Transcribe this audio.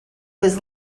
was